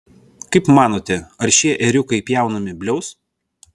kaip manote ar šie ėriukai pjaunami bliaus